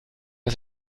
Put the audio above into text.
des